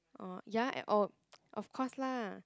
orh ya eh oh of course lah